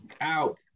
out